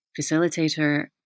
facilitator